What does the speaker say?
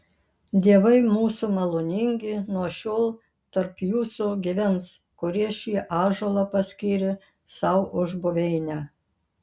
dievai mūsų maloningi nuo šiol tarp jūsų gyvens kurie šį ąžuolą paskyrė sau už buveinę